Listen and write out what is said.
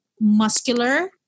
muscular